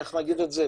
איך להגיד את זה,